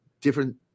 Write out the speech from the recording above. different –